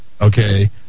okay